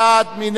מי נגד?